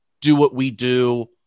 do-what-we-do